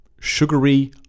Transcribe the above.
sugary